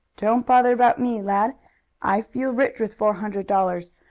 don't bother about me, lad i feel rich with four hundred dollars.